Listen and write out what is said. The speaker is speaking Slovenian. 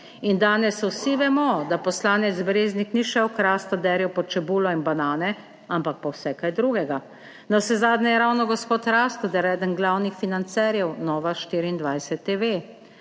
In danes vsi vemo, da poslanec Breznik ni šel k Rastoderju po čebulo in banane, ampak po vse kaj drugega. Navsezadnje je ravno gospod Rastoder eden glavnih financerjev Nove24TV.